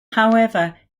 however